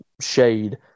shade